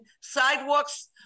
sidewalks